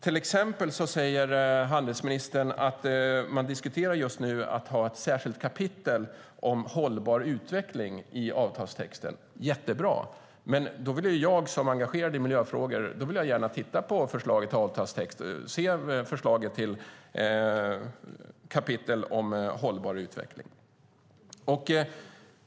Till exempel säger handelsministern att man just nu diskuterar att ha ett särskilt kapitel om hållbar utveckling i avtalstexten. Jättebra! Men då vill jag som är engagerad i miljöfrågor gärna se förslaget till avtalstext i kapitlet om hållbar utveckling.